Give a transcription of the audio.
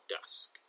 dusk